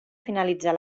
finalitzar